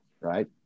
right